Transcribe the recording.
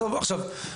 באמת,